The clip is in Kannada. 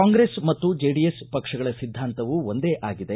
ಕಾಂಗ್ರೆಸ್ ಮತ್ತು ಜೆಡಿಎಸ್ ಪಕ್ಷಗಳ ಸಿದ್ಧಾಂತವು ಒಂದೇ ಆಗಿದೆ